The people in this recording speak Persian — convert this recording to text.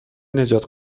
نجات